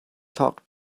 talk